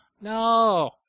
No